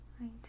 right